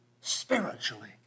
spiritually